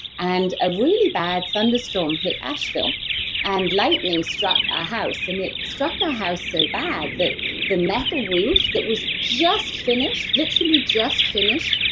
and a really bad thunderstorm hit asheville and lightning struck our house. and it struck our house so bad that the metal roof that was just finished, literally just finished,